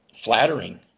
flattering